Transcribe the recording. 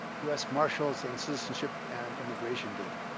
u s. marshals and citizenship and immigration data.